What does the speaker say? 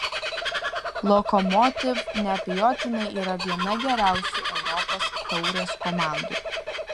lokomotiv neabejotinai yra viena geriausių europos taurės komandų